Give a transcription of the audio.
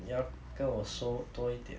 你要跟我说多一点